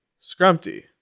scrumpty